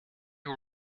you